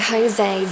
Jose